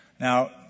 Now